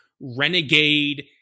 renegade